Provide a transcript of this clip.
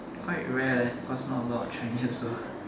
quite rare eh cause not a lot of chinese also